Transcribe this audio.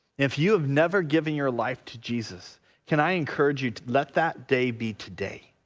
if you have never given your life to jesus can i encourage you to let that day be today